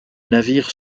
navire